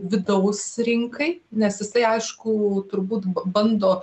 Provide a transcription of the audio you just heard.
vidaus rinkai nes jisai aišku turbūt bando